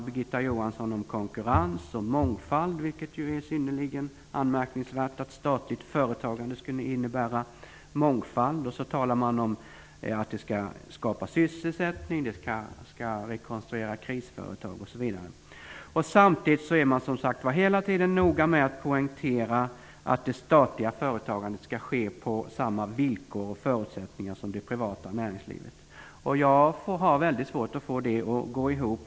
Birgitta Johansson talar om konkurrens och mångfald. Det är synnerligen anmärkningsvärt att statligt företagande skulle innebära mångfald. Man talar om att skapa sysselsättning, rekonstruera krisföretag osv. Samtidigt är man som sagt hela tiden noga med att poängtera att det statliga företagandet skall ske på samma villkor och med samma förutsättningar som i det privata näringslivet. Jag har väldigt svårt att få det att gå ihop.